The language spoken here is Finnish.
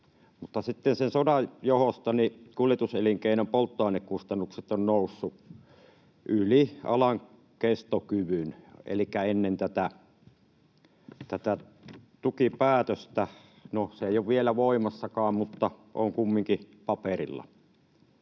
sitten sen sodan johdosta kuljetuselinkeinon polttoainekustannukset ovat nousseet yli alan kestokyvyn, elikkä ennen tätä tukipäätöstä — no, se ei ole vielä voimassakaan, mutta on kumminkin paperilla.